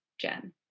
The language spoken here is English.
Jen